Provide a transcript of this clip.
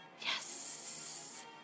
yes